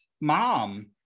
Mom